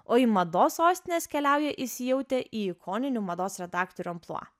o į mados sostines keliauja įsijautę į ikoninių mados redaktorių amplua